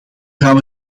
gaan